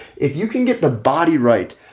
if you can get the body right,